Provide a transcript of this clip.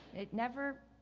it never,